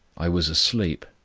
i was asleep,